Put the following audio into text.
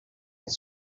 his